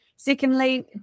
Secondly